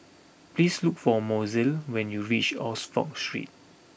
please look for Mozelle when you reach Oxford Street